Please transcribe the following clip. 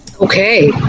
Okay